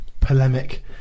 polemic